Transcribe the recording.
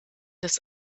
des